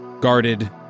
guarded